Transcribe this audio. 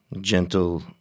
gentle